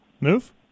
Move